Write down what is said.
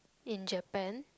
in Japan